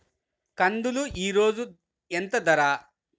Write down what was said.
కందులు ఈరోజు ఎంత ధర?